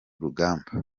rugamba